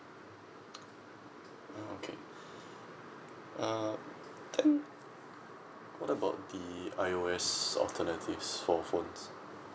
uh okay uh then what about the I_O_S alternatives for phones